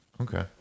Okay